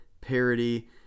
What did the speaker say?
parody